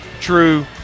true